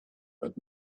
but